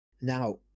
Now